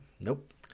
Nope